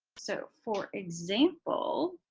so for example,